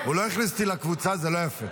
הוא לא הכניס אותי לקבוצה, זה לא יפה.